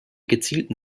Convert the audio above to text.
gezielten